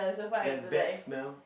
that bad smell